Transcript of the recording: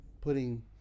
putting